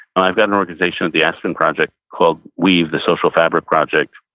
i've got an organization at the aspen project called weave the social fabric project.